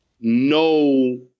no